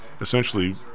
essentially